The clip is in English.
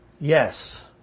Yes